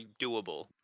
doable